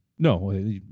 No